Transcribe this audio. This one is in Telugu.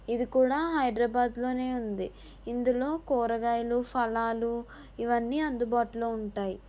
ఇది కూడా హైదరాబాద్లోనే ఉంది ఇందులో కూరగాయలు ఫలాలు ఇవన్నీ అందుబాటులో ఉంటాయి